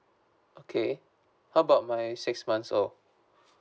okay how about my six months old